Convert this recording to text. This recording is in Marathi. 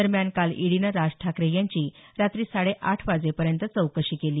दरम्यान काल इडीनं राज ठाकरे यांची रात्री साडेआठ वाजेपर्यंत चौकशी केली